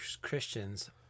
Christians—